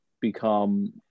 become